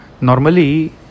normally